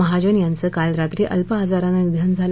महाजन यांचं काल रात्री अल्प आजारानं निधन झालं